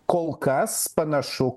kol kas panašu